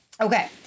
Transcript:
Okay